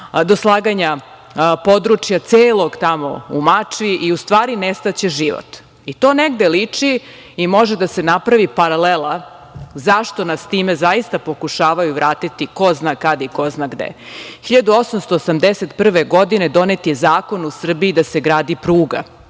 do slaganja područja celog tamo u Mačvi i, u stvari, nestaće život. To negde liči i može da se napravi paralela zašto nas time zaista pokušavaju vratiti ko zna kad i ko zna gde. Dakle, 1881. godine donet je Zakon u Srbiji da se gradi pruga.